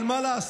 אבל מה לעשות,